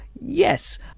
yes